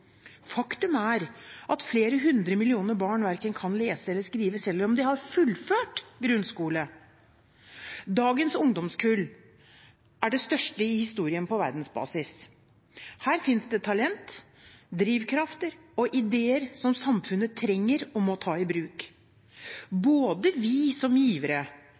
Faktum er at flere hundre millioner barn verken kan lese eller skrive, selv om de har fullført grunnskole. Dagens ungdomskull er det største i historien på verdensbasis. Her finnes det talent, drivkraft og ideer som samfunnet trenger og må ta i bruk. Både vi som givere